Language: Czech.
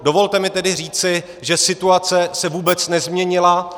Dovolte mi tedy říci, že situace se vůbec nezměnila.